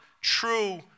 True